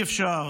אי-אפשר